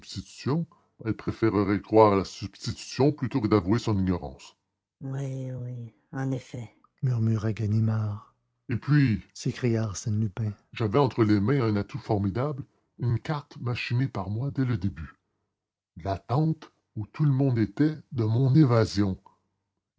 elle préférerait croire à la substitution plutôt que d'avouer son ignorance oui oui en effet murmura ganimard et puis s'écria arsène lupin j'avais entre les mains un atout formidable une carte machinée par moi dès le début l'attente où tout le monde était de mon évasion